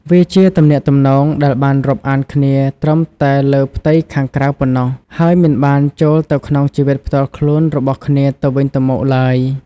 វាជាទំនាក់ទំនងដែលបានរាប់អានគ្នាត្រឹមតែលើផ្ទៃខាងក្រៅប៉ុណ្ណោះ ហើយមិនបានចូលទៅក្នុងជីវិតផ្ទាល់ខ្លួនរបស់គ្នាទៅវិញទៅមកឡើយ។